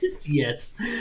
Yes